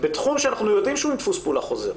בתחום שאנחנו יודעים שהוא דפוס פעולה חוזר,